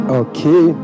okay